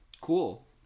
cool